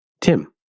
Tim